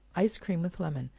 ice cream with lemon.